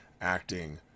acting